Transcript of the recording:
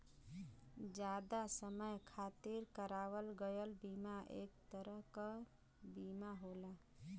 जादा समय खातिर करावल गयल बीमा एक तरह क बीमा होला